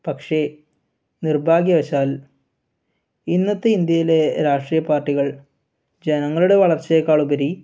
പക്ഷേ നിർഭാഗ്യവശാൽ ഇന്നത്തെ ഇന്ത്യയിലെ രാഷ്ട്രീയ പാർട്ടികൾ ജനങ്ങളുടെ വളർച്ചയേക്കാളുപരി